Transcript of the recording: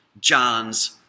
John's